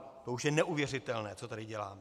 To už je neuvěřitelné, co tady děláme!